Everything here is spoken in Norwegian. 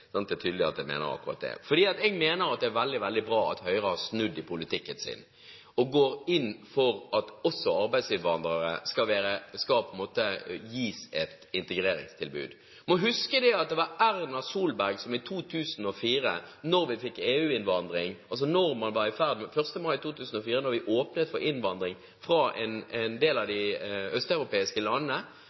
mener akkurat det – at jeg mener at det er veldig, veldig bra at Høyre har snudd i politikken sin og går inn for at også arbeidsinnvandrere skal gis et integreringstilbud. Vi må huske at det var Erna Solberg og Høyre som nettopp i 2004, da vi fikk EU-innvandring – altså 1. mai 2004, da vi åpnet for innvandring fra en del av de østeuropeiske landene